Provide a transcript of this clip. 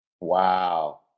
Wow